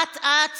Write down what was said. אט-אט